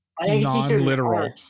non-literal